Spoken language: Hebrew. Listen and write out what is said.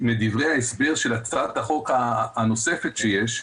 מדברי ההסבר של הצעת החוק הנוספת שיש,